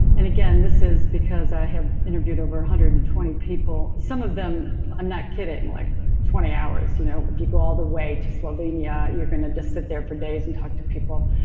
and again, this is because i have interviewed over one hundred and twenty people. some of them i'm not kidding. like twenty hours. you know, if you go all the way to slovenia, you're going to just sit there for days and talk to people.